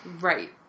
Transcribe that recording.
Right